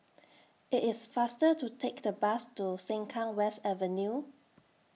IT IS faster to Take The Bus to Sengkang West Avenue